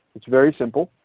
it is very simple.